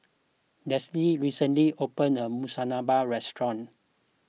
Delsie recently opened a new Monsunabe restaurant